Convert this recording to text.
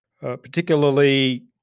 particularly